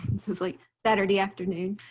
this is like saturday afternoon.